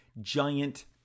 giant